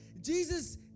Jesus